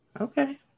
Okay